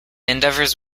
endeavours